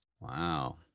Wow